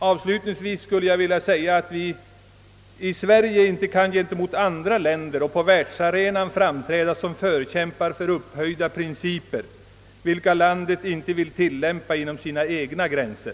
Avslutningsvis vill jag säga att Sverige inte gentemot andra länder på världsarenan kan framträda som förkämpe för upphöjda principer, om dessa principer inte tillämpas inom vårt eget lands gränser.